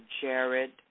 Jared